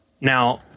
now